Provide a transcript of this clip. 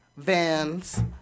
Vans